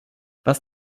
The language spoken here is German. was